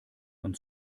uns